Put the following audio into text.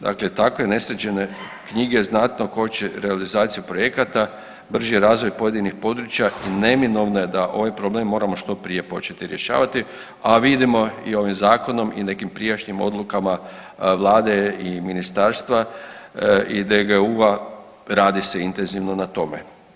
Dakle takve nesređene knjige znatno koče realizaciju projekata, brži razvoj pojedinih područja i neminovno je da ovaj problem moramo što prije početi rješavati, a vidimo i ovim zakonom i nekim prijašnjim odlukama vlade i ministarstva i DGU-a rad se intenzivno na tome.